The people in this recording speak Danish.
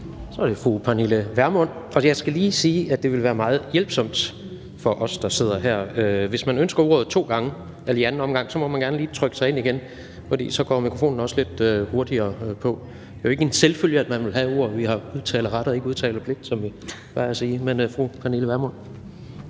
Så er det fru Pernille Vermund. Men inden skal jeg lige sige, at det ville være en stor hjælp for os, der sidder her, at man, hvis man ønsker ordet to gange, i anden omgang lige trykker sig ind igen, for så går mikrofonen også lidt hurtigere på. Det er jo ikke en selvfølge, at man vil have ordet, for vi har jo udtaleret, men ikke udtalepligt, som vi plejer at sige. Fru Pernille Vermund.